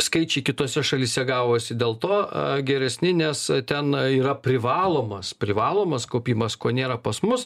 skaičiai kitose šalyse gavosi dėl to a geresni nes ten yra privalomas privalomas kaupimas ko nėra pas mus